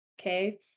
okay